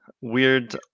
weird